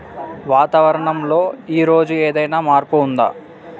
వాతావరణం లో ఈ రోజు ఏదైనా మార్పు ఉందా?